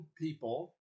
people